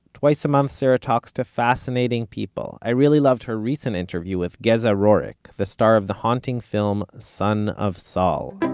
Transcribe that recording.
twice a month, sara talks to fascinating people i really loved her recent interview with geza rohrig, the star of the haunting film son of saul.